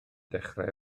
dechrau